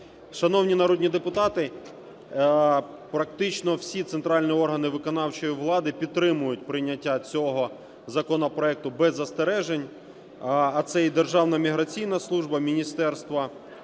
Шановні народні депутати, практично всі центральні органи виконавчої влади підтримуються прийняття цього законопроекту без застережень, а це і Державна міграційна служба, Міністерство